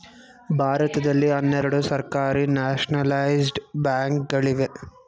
ಭಾರತದಲ್ಲಿ ಹನ್ನೆರಡು ಸರ್ಕಾರಿ ನ್ಯಾಷನಲೈಜಡ ಬ್ಯಾಂಕ್ ಗಳಿವೆ